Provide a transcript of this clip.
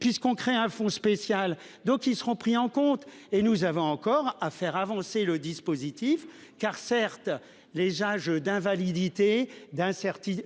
puisqu'on crée un fonds spécial, donc ils seront pris en compte et nous avons encore à faire avancer le dispositif car certes les âges d'invalidité d'incertitude.